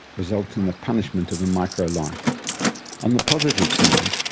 results in the punishment of a microlife. on the positive side,